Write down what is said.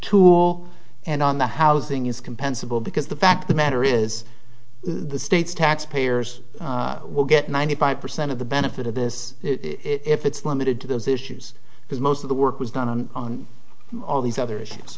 tool and on the housing is compensable because the fact the matter is the state's taxpayers will get ninety five percent of the benefit of this if it's limited to those issues because most of the work was done on all these other issues